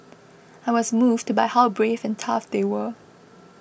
I was moved by how brave and tough they were